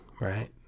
right